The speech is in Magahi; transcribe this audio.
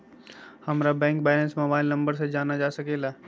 हमारा बैंक बैलेंस मोबाइल नंबर से जान सके ला?